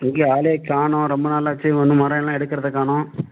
எங்கே ஆளே காணும் ரொம்ப நாளாச்சு ஒன்றும் மரம் எல்லாம் எடுக்கறதை காணும்